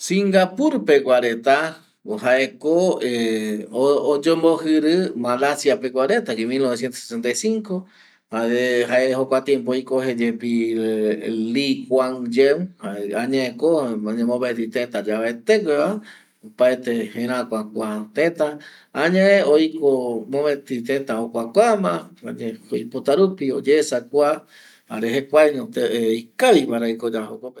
Singapur pegua reta ko jae ko oyombojɨrɨ malasia pegua reta gui mil noveciento sesentai cinco jare jae jokua tiempo oiko je yepi li kuan yeun añae ko jaema oime mopeti teta yavaete gue va opaete jerakua kua teta, añae oiko mopeti teta okuakua ma añae oipotarupi oyesa kua jare jekuaeño ikavi mbaraikɨoyapo jokope reta